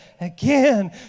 again